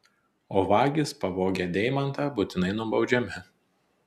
o vagys pavogę deimantą būtinai nubaudžiami